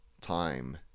time